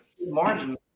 margin